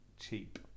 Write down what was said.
cheap